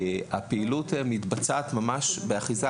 הפעילות מתבצעת ממש באחיזה,